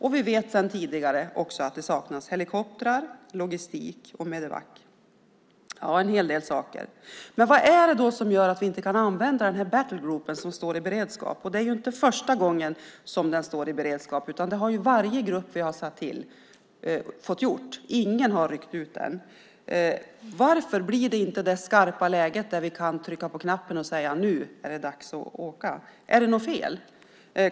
Vi vet sedan tidigare också att det saknas helikoptrar, logistik och Medevac. Det är en hel del saker. Men vad är det då som gör att vi inte kan använda Battlegroup, som står i beredskap? Det är inte första gången den står i beredskap. Det har varje grupp fått göra. Ingen har ryckt ut än. Varför blir det inte det skarpa läge där vi kan trycka på knappen och säga: Nu är det dags att åka! Är det något fel?